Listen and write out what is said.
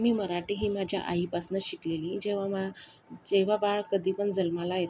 मी मराठी ही माझ्या आईपासनं शिकलेली आहे जेव्हा बाळ जेव्हा बाळ कधी पण जन्माला येतं